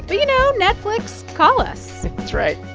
but you know, netflix, call us that's right